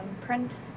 Prince